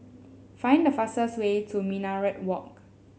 find the fastest way to Minaret Walk